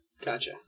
Gotcha